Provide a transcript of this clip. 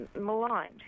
maligned